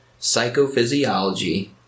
psychophysiology